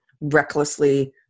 recklessly